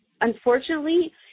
unfortunately